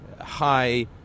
high